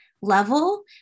level